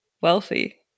wealthy